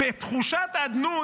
בתחושת אדנות,